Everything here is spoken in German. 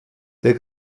der